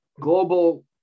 global